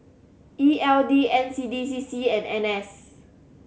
E L D N C D C C and N S